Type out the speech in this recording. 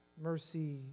mercy